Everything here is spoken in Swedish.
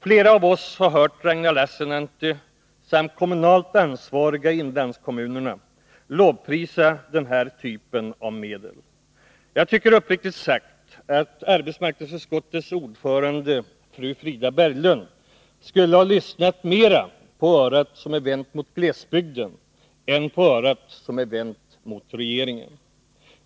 Flera av oss har hört Ragnar Lassinantti och kommunalt ansvariga i inlandskommunerna lovprisa den här typen av medel. Jag tycker uppriktigt sagt att arbetsmarknadsutskottets ordförande, fru Frida Berglund, skulle ha lyssnat mera på det öra som är vänt mot glesbygden än på det öra som är vänt mot regeringen.